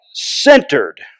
centered